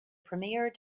premier